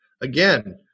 Again